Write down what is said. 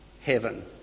heaven